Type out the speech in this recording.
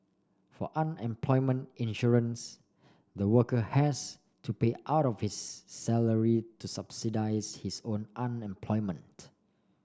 for unemployment insurance the worker has to pay out of his salary to subsidise his own unemployment